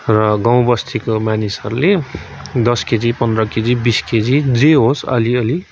र गाउँबस्तीको मानिसहरूले दस केजी पन्ध्र केजी बिस केजी जे होस् अलिअलि